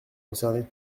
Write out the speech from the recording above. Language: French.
concernés